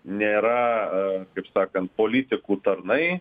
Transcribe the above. nėra kaip sakant politikų tarnai